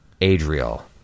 Adriel